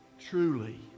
truly